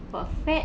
but fat